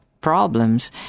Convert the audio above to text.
problems